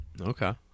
Okay